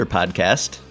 podcast